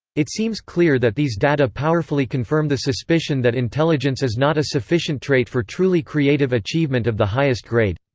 it seems clear that these data powerfully confirm the suspicion that intelligence is not a sufficient trait for truly creative achievement of the highest grade.